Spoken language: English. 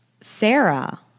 Sarah